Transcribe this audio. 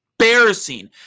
embarrassing